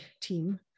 team